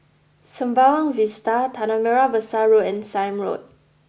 Sembawang Vista Tanah Merah Besar Road and Sime Road